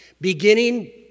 beginning